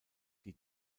die